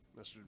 Mr